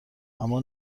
اما